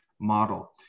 model